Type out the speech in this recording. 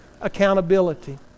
accountability